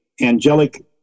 angelic